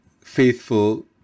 faithful